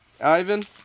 Ivan